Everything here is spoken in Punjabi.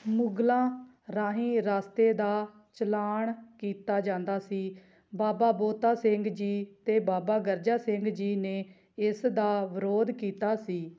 ਮੁਗਲਾਂ ਰਾਹੀਂ ਰਸਤੇ ਦਾ ਚਲਾਣ ਕੀਤਾ ਜਾਂਦਾ ਸੀ ਬਾਬਾ ਬੋਤਾ ਸਿੰਘ ਜੀ ਅਤੇ ਬਾਬਾ ਗਰਜਾ ਸਿੰਘ ਜੀ ਨੇ ਇਸ ਦਾ ਵਿਰੋਧ ਕੀਤਾ ਸੀ